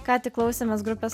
ką tik klausėmės grupės